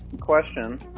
question